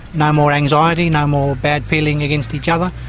no more anxiety, no more bad feeling against each other,